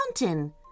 mountain